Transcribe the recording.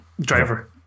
driver